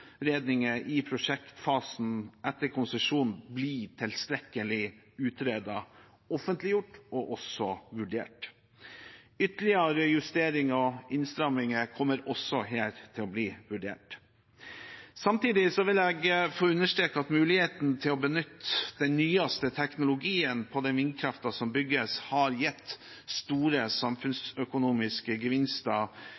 i prosjektfasen etter konsesjon blir tilstrekkelig utredet, offentliggjort og vurdert. Ytterligere justering og innstramminger kommer også her til å bli vurdert. Samtidig vil jeg få understreke at muligheten til å benytte den nyeste teknologien på den vindkraften som bygges, har gitt store